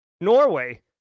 Norway